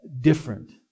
different